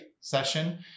session